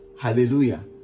Hallelujah